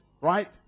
right